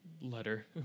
letter